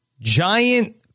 giant